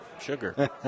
sugar